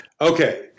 Okay